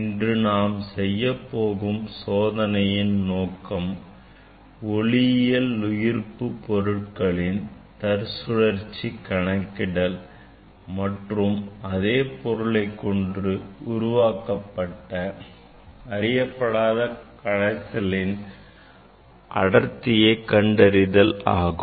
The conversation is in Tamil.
இன்று நாம் செய்யப்போகும் சோதனையின் நோக்கம் ஒளியியலுயிர்ப்பு பொருட்களின் தற்சுழற்சி கணக்கிடல் மற்றும் அதே பொருளைக் கொண்டு உருவாக்கப்பட்ட அறியப்படாத கரைசலின் அடர்த்தியைக் கண்டறிதல் ஆகும்